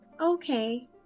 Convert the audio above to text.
Okay